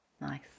Nice